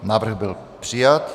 Návrh byl přijat.